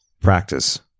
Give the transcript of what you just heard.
practice